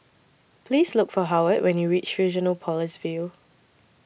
Please Look For Howard when YOU REACH Fusionopolis View